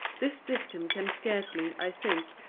this dictum can scarcely, i think,